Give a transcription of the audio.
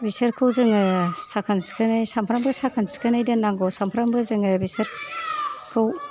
बिसोरखौ जोङो साखोन सिखोनै सानफ्रामबो साखोन सिखोनै दोननांगौ सानफ्रामबो जोङो बिसोर खौ